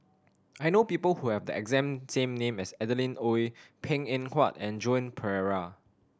I know people who have the exact same name as Adeline Ooi Png Eng Huat and Joan Pereira